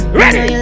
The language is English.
ready